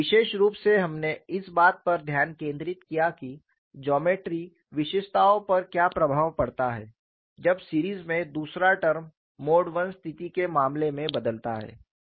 विशेष रूप से हमने इस बात पर ध्यान केंद्रित किया कि जोमेट्रिक विशेषताओं पर क्या प्रभाव पड़ता है जब सीरीज में दूसरा टर्म मोड I स्थिति के मामले में बदलता है